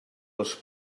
les